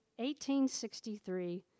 1863